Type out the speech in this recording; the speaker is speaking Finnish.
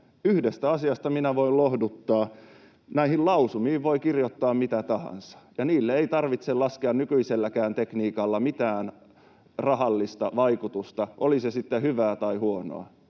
yhdessä asiassa minä voin lohduttaa: näihin lausumiin voi kirjoittaa mitä tahansa, ja niille ei tarvitse laskea nykyiselläkään tekniikalla mitään rahallista vaikutusta, oli se sitten hyvää tai huonoa.